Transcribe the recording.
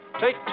take